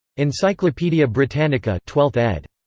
encyclopaedia britannica twelfth ed.